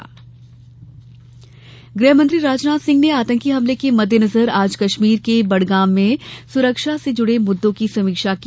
राजनाथ सिंह श्रीनगर गृहमंत्री राजनाथ सिंह ने आतंकी हमले के मद्देनजर आज कश्मीर के बड़गाम में सुरक्षा से जुड़े मुद्दों की समीक्षा की